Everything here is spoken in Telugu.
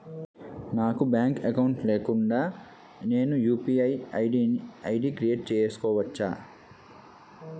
నాకు బ్యాంక్ అకౌంట్ లేకుండా నేను యు.పి.ఐ ఐ.డి క్రియేట్ చేసుకోవచ్చా?